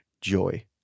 joy